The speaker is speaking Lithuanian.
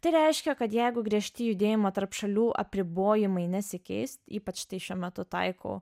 tai reiškia kad jeigu griežti judėjimo tarp šalių apribojimai nesikeis ypač tai šiuo metu taikau